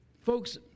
Folks